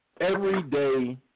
everyday